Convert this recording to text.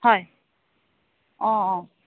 হয় অঁ অঁ